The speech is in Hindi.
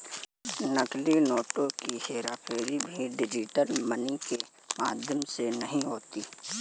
नकली नोटों की हेराफेरी भी डिजिटल मनी के माध्यम से नहीं होती